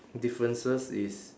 differences is